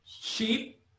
sheep